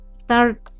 start